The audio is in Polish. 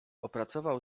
opracował